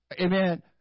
Amen